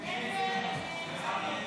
הסתייגות 4 לא נתקבלה.